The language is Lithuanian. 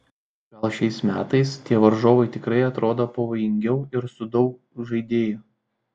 gal šiais metais tie varžovai tikrai atrodo pavojingiau ir su daug žaidėjų